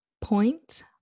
Point